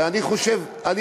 זה לא גזע, זה לאום.